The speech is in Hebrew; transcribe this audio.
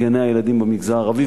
גני-הילדים במגזר הערבי.